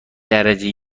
درجه